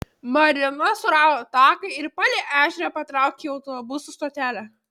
marina surado taką ir palei ežerą patraukė į autobusų stotelę